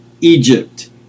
Egypt